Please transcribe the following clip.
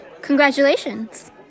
Congratulations